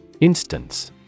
Instance